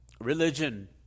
religion